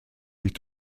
sich